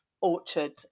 Orchard